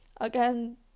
again